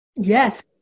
Yes